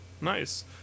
Nice